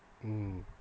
mm